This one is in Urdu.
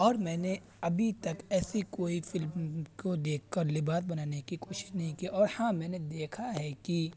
اور میں نے ابھی تک ایسی کوئی فلم کو دیکھ کر لباس بنانے کی کوشش نہیں کی اور ہاں میں نے دیکھا ہے کہ